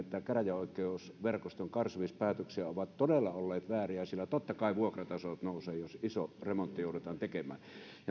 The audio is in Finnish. käräjäoikeusverkoston karsimispäätöksiä ovat todella olleet vääriä sillä totta kai vuokratasot nousevat jos iso remontti joudutaan tekemään